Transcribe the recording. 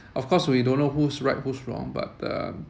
of course we don't know who's right who's wrong but uh